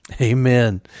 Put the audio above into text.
Amen